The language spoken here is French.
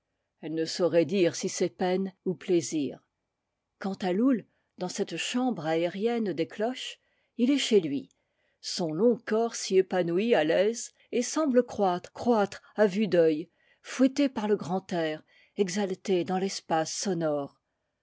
elle ne saurait dire si c'est peine ou plaisir quant à loull dans cette chambre aérienne des cloches il est chez lui son long corps s'y épanouit à l'aise et semble croître croître à vue d'œil fouetté par le grand air exalté dans l'espace sonore